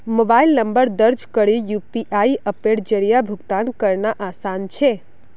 mobile number दर्ज करे UPI अप्पेर जरिया भुगतान करना आसान छे